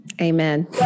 amen